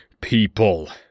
people